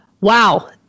Wow